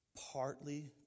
Partly